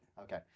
okay